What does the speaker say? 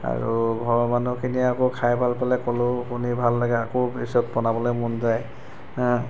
আৰু ঘৰৰ মানুহখিনিয়ে আকৌ খাই ভাল পালে ক'লেও শুনি ভাল লাগে আকৌ পিছত বনাবলৈ মন যায়